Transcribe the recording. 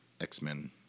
X-Men